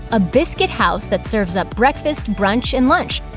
a biscuit house that serves up breakfast, brunch, and lunch,